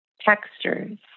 textures